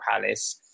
Palace